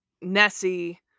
Nessie